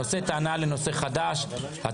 הנושא שעל סדר היום הוא נושא חדש בהצעת